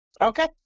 Okay